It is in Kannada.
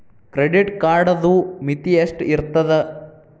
ಕ್ರೆಡಿಟ್ ಕಾರ್ಡದು ಮಿತಿ ಎಷ್ಟ ಇರ್ತದ?